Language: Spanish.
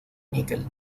níquel